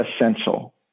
essential